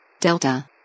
Delta